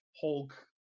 Hulk